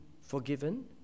forgiven